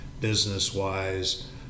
business-wise